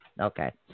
Okay